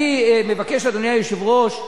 אני מבקש, אדוני היושב-ראש,